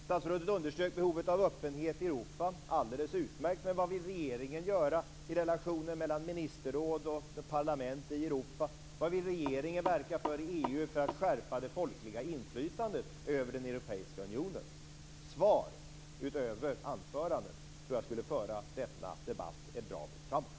Statsrådet underströk behovet av öppenhet i Europa. Alldeles utmärkt! Men vad vill regeringen göra i relationen mellan ministerråd och parlament i Europa? Hur vill regeringen verka i EU för att skärpa det folkliga inflytandet över den europeiska unionen? Svar utöver anförandet tror jag skulle föra denna debatt en bra bit framåt.